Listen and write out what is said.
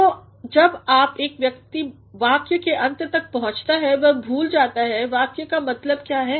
तो जब तक एक व्यक्ति वाक्य के अंत तक पहुँचता है वह भूल जाता है वाक्य का मतलब क्या है